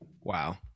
Wow